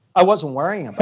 i wasn't worrying